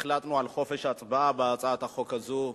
החלטנו על חופש הצבעה בהצעת החוק הזו.